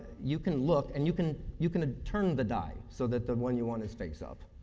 you can look, and you can you can turn the die so that the one you want is face up,